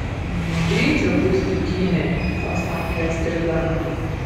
greit čia bus dykynė pasakė astrida